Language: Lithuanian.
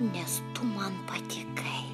nes tu man patikai